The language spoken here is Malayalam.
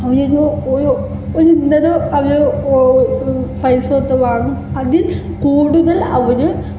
അങ്ങനെ ഒരു ഒരു ഒരു ഇന്നത് അത് പൈസ കൊടുത്ത് വാങ്ങും അതിൽ കൂടുതൽ അവർ